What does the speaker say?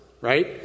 right